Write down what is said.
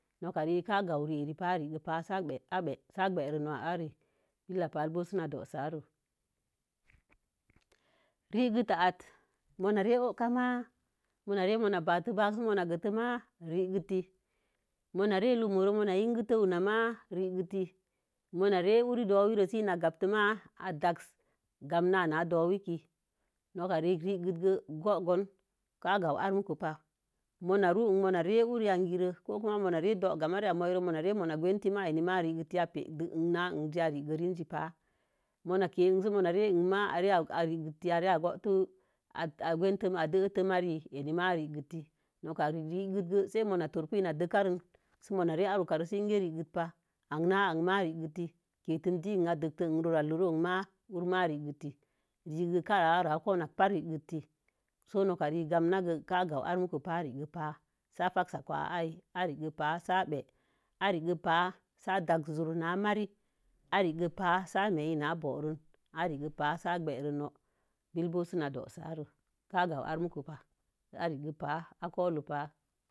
Noka re kə ka gamwu re pa, a rigə sə bə'a. Sə a wəre no'i ré. Billək pa kuma sə na do̱o̱sa rə. Rəgəte atə ma re o̱o̱ka ma, ma rə sə ma bəte makə, sə ma gəte ma regətə mo̱o̱na rə numoru ma yinketə unan ma. regəte, mo̱ na re urə dowurə sə na gamte ma atasə gamna na do̱wek kə. Noka rə kə go̱o̱gon ka gawu'u arə muko pa. Mona runanma rə uri yangire, ko ma, ma rə uri do̱igamarə ma re ya morere sə ma gwerti ma e nima regəti ma n ape dəki an n an səí re kə, rə zi pa ba'a mona ke n sə ma re an ma, reketi sə a koto a gante a detə mari yei, noka regək, regeti go̱ sə mo̱o torko ina regəte sə inke dekar sə inkə regəti pa, an a an ma regeti, ketem dé'əan keméé. Ate dəate ma regeti kə tem dee n a da'ite rora'ale ma urma rekəti. Zilika nə ara aren n ma. So noka re gamna ge ka gamwu a muko pa'a. Sə a farsə kwa'a aii, irə kə pa sə a bəa'a irekə pa sə a dəsə zur n mari, n re ge pa sə í mii n a bo̱o̱ron. a re ge pa sə. Bill bo̱o̱ sə dosa'ré. Ka gawu armukə pa. I regegə pa akoli pa